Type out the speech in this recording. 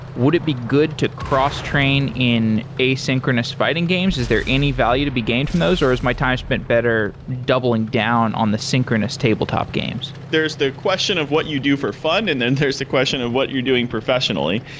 would it be good to cross train in asynchronous fighting games? is there any value to be gained from those or is my time spent better doubling down on the synchronous tabletop games? there's the question of what you do for fun and then there's the question of what you're doing professionally.